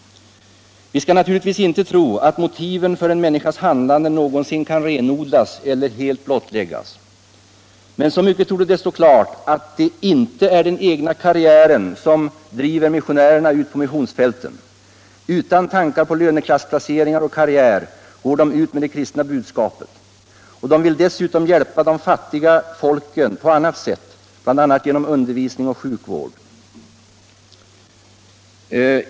Vi skall naturligtvis inte tro att motiven för människans handlande någonsin kan ren odlas eller blottläggas. Men så mycket torde stå klart att det inte är den egna karriären .som driver missionärerna ut på missionsfältet. Utan tankar på löneklassplaceringar och karriär går de ut med det kristna budskapet. De vill dessutom hjälpa de fattiga folken på annat sätt, bl.a. genom undervisning och sjukvård.